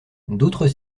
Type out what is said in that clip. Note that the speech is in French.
d’autres